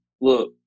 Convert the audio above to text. look